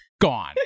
Gone